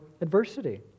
adversity